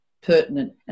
pertinent